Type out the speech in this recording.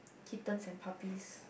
kittens and puppies